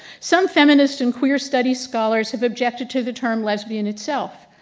some feminist and queer studies scholars have objected to the term lesbian itself.